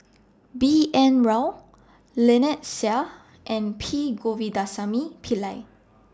B N Rao Lynnette Seah and P Govindasamy Pillai